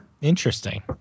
Interesting